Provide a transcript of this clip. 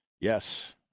yes